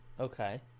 Okay